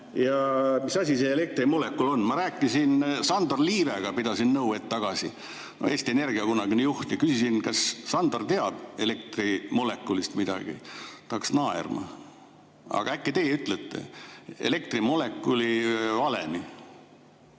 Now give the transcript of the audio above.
Mis asi see elektrimolekul on? Ma rääkisin hetk tagasi Sandor Liivega, pidasin nõu. Ta on Eesti Energia kunagine juht. Ma küsisin, kas Sandor teab elektrimolekulist midagi. Ta hakkas naerma. Aga äkki te ütlete elektrimolekuli valemi?